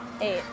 Eight